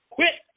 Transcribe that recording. Quit